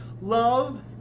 Love